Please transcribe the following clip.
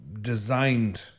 designed